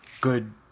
Good